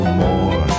more